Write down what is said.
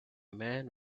man